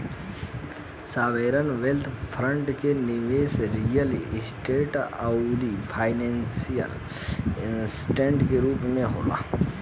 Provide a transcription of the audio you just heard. sovereign wealth fund के निबेस real estate आउरी फाइनेंशियल ऐसेट के रूप में होला